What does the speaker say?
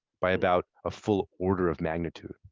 by about a full order of magnitude.